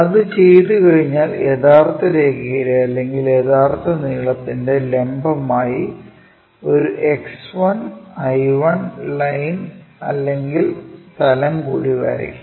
അത് ചെയ്തുകഴിഞ്ഞാൽ യഥാർത്ഥ രേഖയുടെ അല്ലെങ്കിൽ യഥാർത്ഥ നീളത്തിന്റെ ലംബമായി ഒരു X1I1 ലൈൻ അല്ലെങ്കിൽ തലം കൂടി വരയ്ക്കുക